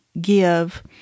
give